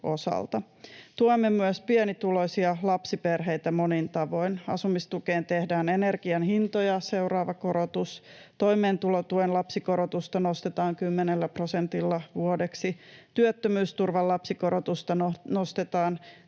Tuemme myös pienituloisia lapsiperheitä monin tavoin. Asumistukeen tehdään energian hintoja seuraava korotus, toimeentulotuen lapsikorotusta nostetaan kymmenellä prosentilla vuodeksi, työttömyysturvan lapsikorotusta nostetaan